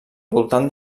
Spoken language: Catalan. voltant